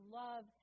love